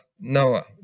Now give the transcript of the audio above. Noah